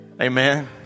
Amen